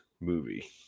movie